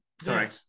Sorry